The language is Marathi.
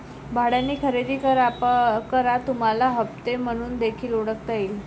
भाड्याने खरेदी करा तुम्हाला हप्ते म्हणून देखील ओळखता येईल